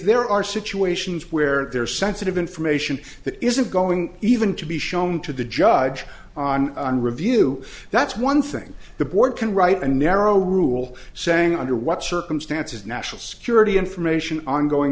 there are situations where there are sensitive information that isn't going even to be shown to the judge on review that's one thing the board can write a narrow rule saying under what circumstances national security information ongoing